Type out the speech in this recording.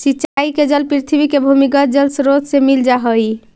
सिंचाई के जल पृथ्वी के भूमिगत जलस्रोत से मिल जा हइ